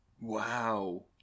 Wow